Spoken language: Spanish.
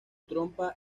trompa